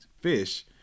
fish